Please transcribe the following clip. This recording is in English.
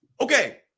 Okay